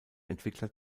entwickler